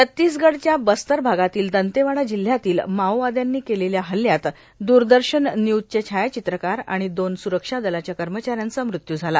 छत्तीसगढच्या बस्तर भागातील दंतेवाडा जिल्ह्यातील माओवाद्यांनी केलेल्या हल्ल्यात द्रदर्शन न्यूजचा छायाचित्रकार आणि दोन स्रक्षा दलाच्या कर्मचाऱ्यांचा मृत्यू झाला